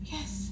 Yes